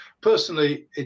Personally